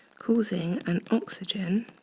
causing an oxygen